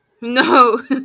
no